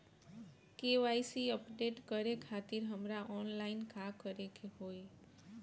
KYC update करे खातिर हमरा ऑनलाइन का करे के होई?